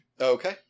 Okay